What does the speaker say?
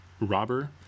robber